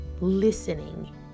listening